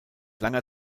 langer